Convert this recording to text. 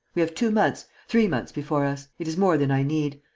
we have two months, three months before us. it is more than i need.